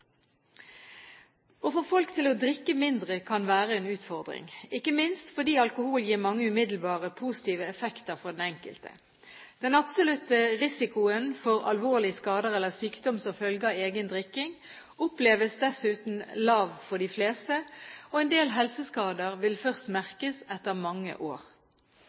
Å få folk til å drikke mindre kan være en utfordring, ikke minst fordi alkohol gir mange en umiddelbar og positiv effekt for den enkelte. Den absolutte risikoen for alvorlige skader eller sykdom som følge av egen drikking oppleves dessuten lav for de fleste, og en del helseskader vil først merkes etter mange år.